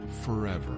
forever